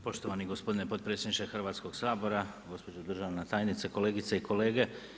Poštovani gospodine potpredsjedniče Hrvatskog sabora, gospođo državna tajnice, kolegice i kolege.